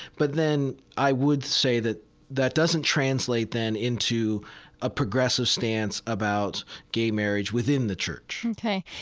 but then i would say that that doesn't translate then into a progressive stance about gay marriage within the church ok.